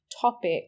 topic